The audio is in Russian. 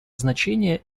значение